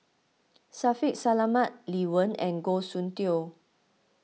Shaffiq Selamat Lee Wen and Goh Soon Tioe